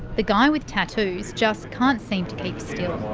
the guy with tattoos just can't seem to keep still.